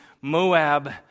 Moab